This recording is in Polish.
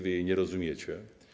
Wy jej nie rozumiecie.